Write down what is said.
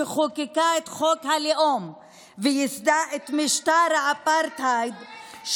שחוקקה את חוק הלאום וייסדה את משטר האפרטהייד,